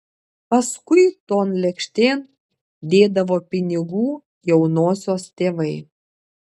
paskui ton lėkštėn dėdavo pinigų jaunosios tėvai